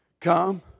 come